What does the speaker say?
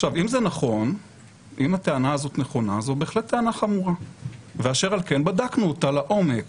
אם הטענה הזאת נכונה זו בהחלט טענה חמורה ואשר על כן בדקנו אותה לעומק.